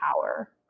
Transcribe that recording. power